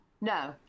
No